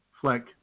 Fleck